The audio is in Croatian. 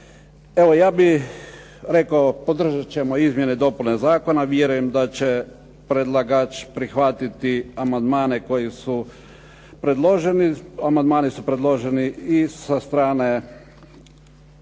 Evo ja bih rekao podržat ćemo izmjene i dopune zakona. Vjerujem da će predlagač prihvatiti amandmane koji su predloženi. Amandmani su predloženi i sa strane